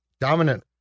Dominant